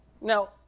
Now